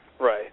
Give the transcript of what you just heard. Right